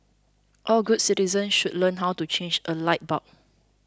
all good citizens should learn how to change a light bulb